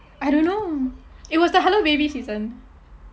I don't know it was the hello baby season